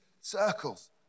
circles